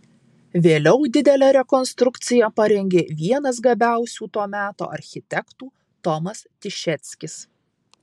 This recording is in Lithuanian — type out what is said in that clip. vėliau didelę rekonstrukciją parengė vienas gabiausių to meto architektų tomas tišeckis